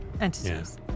entities